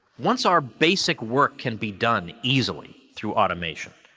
once our basic work can be done easily through automation,